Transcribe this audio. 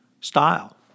style